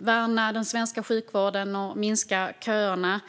värna den svenska sjukvården och minska köerna.